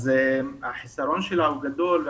החיסרון שלה הוא גדול.